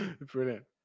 brilliant